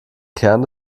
kern